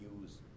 use